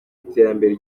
iterambere